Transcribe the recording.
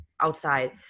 outside